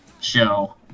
show